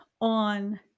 on